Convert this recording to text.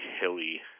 hilly